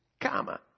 comma